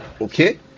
okay